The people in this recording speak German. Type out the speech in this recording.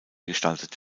gestaltet